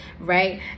right